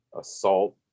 assault